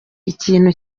ikintu